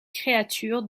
créatures